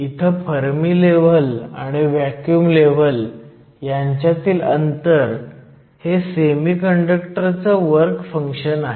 अशा परिस्थितीत डिप्लीशन रुंदी जवळजवळ संपूर्णपणे सेमीकंडक्टर बाजूला असते